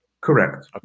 Correct